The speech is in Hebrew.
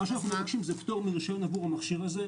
מה שאנחנו מבקשים זה פטור מרישיון עבור המכשיר הזה,